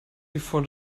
before